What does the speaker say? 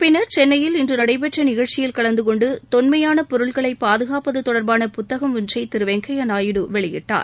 பின்னர் சென்னையில் இன்று நடைபெற்ற நிகழ்ச்சியில் தொன்மையான பொருள்களை பாதுகாப்பது தொடர்பான புத்தகம் ஒன்றைவெங்கய்யா நாயுடு வெளியிட்டார்